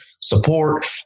support